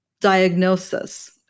diagnosis